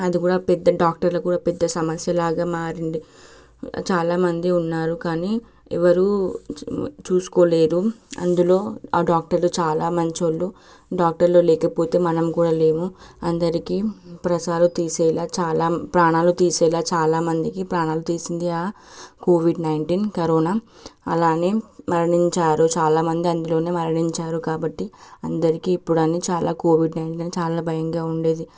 అది కూడా పెద్ద డాక్టర్లు కూడా పెద్ద సమస్యలాగా మారింది చాలామంది ఉన్నారు కానీ ఎవరూ చూ చూసుకోలేదు అందులో ఆ డాక్టర్లు చాలా మంచోళ్ళు డాక్టర్లు లేకపోతే మనం కూడా లేము అందరికీ ప్రసాదు తీసేలా చాలా ప్రాణాలు తీసేలా చాలామందికి ప్రాణాలు తీసింది ఆ కోవిడ్ నైన్టీన్ కరోనా అలానే మరణించారు చాలామంది అందులోనే మరణించారు కాబట్టి అందరికీ ఇప్పుడు అన్ని చాలా కోవిడ్ నైన్టీన్ చాలా భయంగా ఉండేది